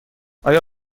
آیا